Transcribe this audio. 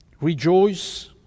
rejoice